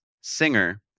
singer